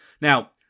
Now